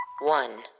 One